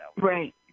Right